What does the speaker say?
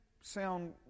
sound